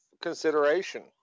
consideration